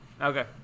Okay